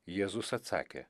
jėzus atsakė